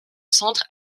centre